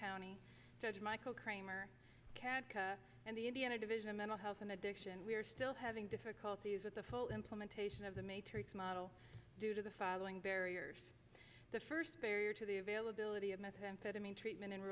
county judge michael kramer and the indiana division of mental health and addiction we are still having difficulties with the full implementation of the matrix model due to the following barriers the first barrier to the availability of methamphetamine treatment in